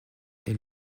est